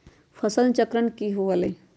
फसल चक्रण की हुआ लाई?